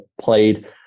played